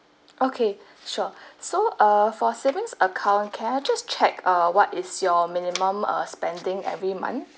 okay sure so err for savings account can I just check uh what is your minimum uh spending every month